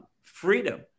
freedom